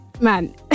man